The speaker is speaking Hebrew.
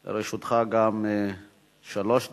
גם לרשותך שלוש דקות.